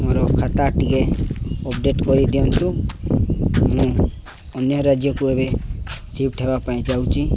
ମୋର ଖାତା ଟିକେ ଅପଡେଟ୍ କରିଦିଅନ୍ତୁ ମୁଁ ଅନ୍ୟ ରାଜ୍ୟକୁ ଏବେ ସିଫ୍ଟ୍ ହେବା ପାଇଁ ଯାଉଛି